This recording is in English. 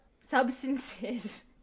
substances